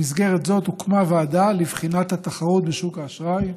במסגרת זאת הוקמה ועדה לבחינת התחרות בשוק האשראי,